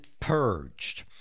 purged